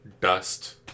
dust